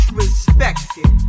respected